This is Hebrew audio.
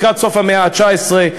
לקראת סוף המאה ה-19,